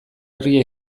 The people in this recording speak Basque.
herria